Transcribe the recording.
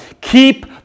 Keep